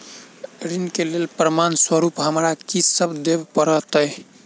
ऋण केँ लेल प्रमाण स्वरूप हमरा की सब देब पड़तय?